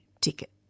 ticket